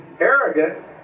arrogant